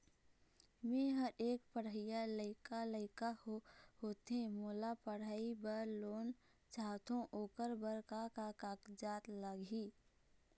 मेहर एक पढ़इया लइका लइका होथे मोला पढ़ई बर लोन चाहथों ओकर बर का का कागज लगही?